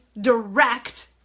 direct